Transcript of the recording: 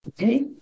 okay